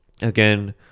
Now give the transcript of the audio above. again